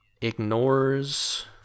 ignores